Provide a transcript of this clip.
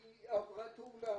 היא עברה תאונה,